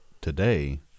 today